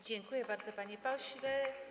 Dziękuję bardzo, panie pośle.